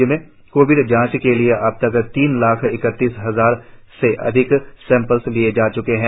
राज्य में कोविड जांच के लिए अबतक तीन लाख इकतीस हजार से ज्यादा सैपंल लिए जा च्के है